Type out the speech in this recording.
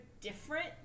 different